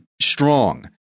strong